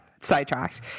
sidetracked